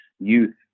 youth